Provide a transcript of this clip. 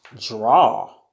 Draw